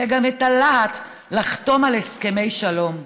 יהיה גם הלהט לחתום על הסכמי שלום.